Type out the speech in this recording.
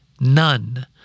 None